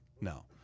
No